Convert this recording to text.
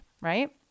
right